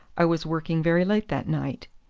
i was working very late that night.